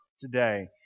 today